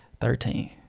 Thirteen